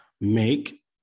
Make